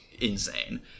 insane